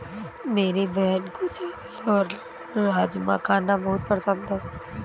मेरी बहन को चावल और राजमा खाना बहुत पसंद है